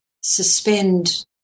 suspend